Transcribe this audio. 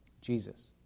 Jesus